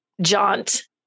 jaunt